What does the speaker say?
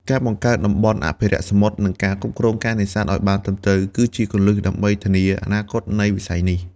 ការបង្កើតតំបន់អភិរក្សសមុទ្រ និងការគ្រប់គ្រងការនេសាទឲ្យបានត្រឹមត្រូវ គឺជាគន្លឹះដើម្បីធានាអនាគតនៃវិស័យនេះ។